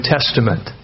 Testament